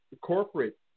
corporate